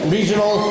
Regional